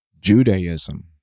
Judaism